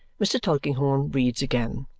mr. tulkinghorn reads again.